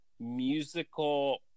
musical